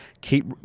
keep